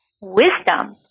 wisdom